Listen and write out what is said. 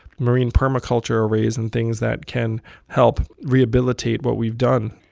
marine permaculture arrays and things that can help rehabilitate what we've done